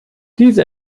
diese